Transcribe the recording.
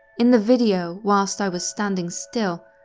in the video, whilst i was standing still,